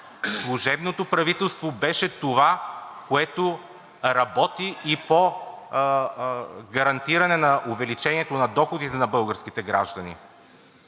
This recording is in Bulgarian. Служебното правителство беше това, което работи и по гарантиране на увеличението на доходите на българските граждани.